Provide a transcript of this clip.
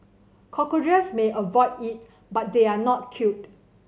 cockroaches may avoid it but they are not killed